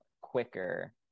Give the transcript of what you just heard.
quicker